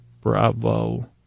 Bravo